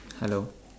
hello